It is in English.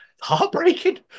heartbreaking